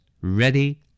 ready